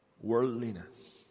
Worldliness